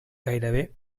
gairebé